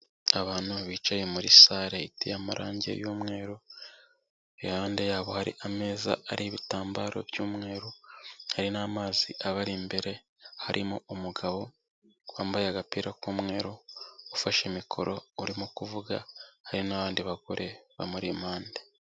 Abantu bicaye muri sare iteye amarangi y'umweru, iruhande yabo hari ameza ariho ibitambaro by'umweru, hari n'amazi abari imbere, harimo umugabo wambaye agapira k'umweru ufashe mikoro urimo kuvuga, hari n'abandi bagore bamuri impande.